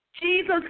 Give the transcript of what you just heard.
Jesus